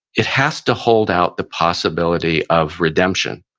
it has to hold out the possibility of redemption.